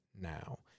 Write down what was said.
now